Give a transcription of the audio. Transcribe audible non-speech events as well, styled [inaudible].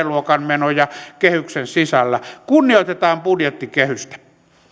[unintelligible] luokan menoja kehyksen sisällä kunnioitetaan budjettikehystä